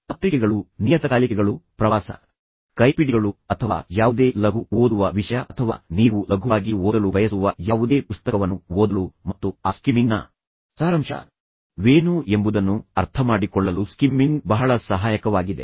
ಪತ್ರಿಕೆಗಳು ನಿಯತಕಾಲಿಕೆಗಳು ಪ್ರವಾಸ ಕೈಪಿಡಿಗಳು ಅಥವಾ ಯಾವುದೇ ಲಘು ಓದುವ ವಿಷಯ ಅಥವಾ ನೀವು ಲಘುವಾಗಿ ಓದಲು ಬಯಸುವ ಯಾವುದೇ ಪುಸ್ತಕವನ್ನು ಓದಲು ಮತ್ತು ಆ ಸ್ಕಿಮ್ಮಿಂಗ್ನ ಸಾರಾಂಶವೇನು ಎಂಬುದನ್ನು ಅರ್ಥಮಾಡಿಕೊಳ್ಳಲು ಸ್ಕಿಮ್ಮಿಂಗ್ ಬಹಳ ಸಹಾಯಕವಾಗಿದೆ